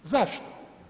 Zašto?